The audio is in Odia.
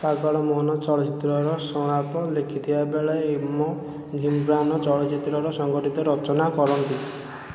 ପାଗଳ ମୋହନ ଚଳଚ୍ଚିତ୍ରର ସଂଳାପ ଲେଖିଥିବାବେଳେ ଏମ୍ ଘିବ୍ରାନ୍ ଚଳଚ୍ଚିତ୍ରର ସଙ୍ଗଠିତ ରଚନା କରନ୍ତି